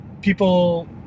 people